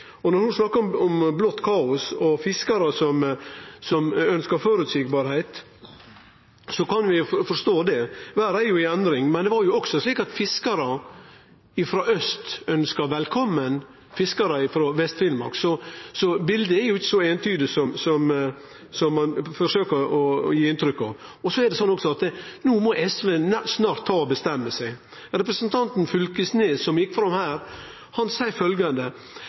side. Når ho snakkar om blått kaos og fiskarar som ønskjer seg føreseielege forhold, kan vi forstå det. Verda er i endring. Men det var jo også slik at fiskarar frå aust ønskte velkomen fiskarar frå Vest-Finnmark, så bildet er ikkje så eintydig som ein forsøkjer å gi inntrykk av. No må SV snart bestemme seg. Representanten Knag Fylkesnes, som gjekk fram